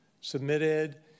submitted